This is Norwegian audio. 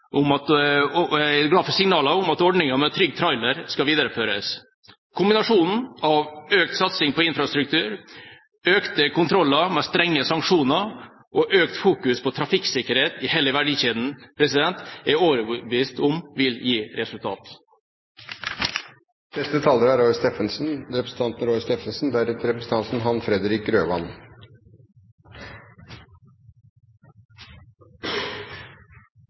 om at ordninga med Trygg Trailer skal videreføres. Kombinasjonen av økt satsing på infrastruktur, økte kontroller med strenge sanksjoner og økt fokus på trafikksikkerhet i hele verdikjeden er jeg overbevist om vil gi resultat. Jeg vil benytte anledningen til å rose representanten Hofstad Helleland for interpellasjonen. Både denne og representanten